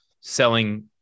selling